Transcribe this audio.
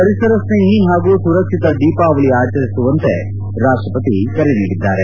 ಪರಿಸರ ಸ್ನೇಹಿ ಹಾಗೂ ಸುರಕ್ಷಿತ ದೀಪಾವಳಿ ಆಚರಿಸುವಂತೆ ರಾಷ್ಷಪತಿ ಕರೆ ನೀಡಿದ್ದಾರೆ